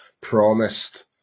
promised